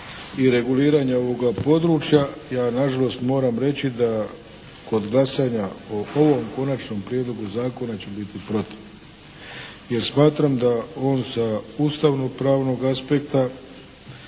i reguliranja ovoga područja ja nažalost moram reći da kod glasanja o ovom Konačnom prijedlogu zakona ću biti protiv. Jer smatram da on sa ustavno-pravnog aspekta